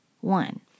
one